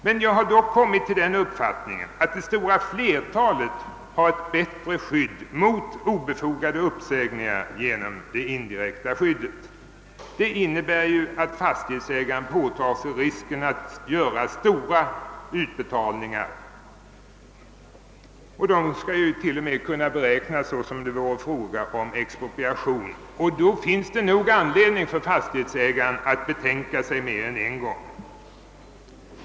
Men jag har ändock kommit till den uppfattningen, att det stora flertalet har ett bättre skydd mot obefogade uppsägningar genom det indirekta skyddet. Det innebär ju att fastighetsägaren påtar sig risken att få betala ut stora ersättningar; dessa skall till och med kunna beräknas som om det vore fråga om expropriation. Därför finns det nog anledning för fastighetsägaren att betänka sig mer än en gång.